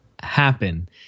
happen